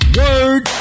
word